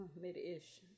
Mid-ish